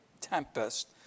tempest